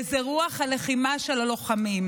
זו רוח הלחימה של הלוחמים.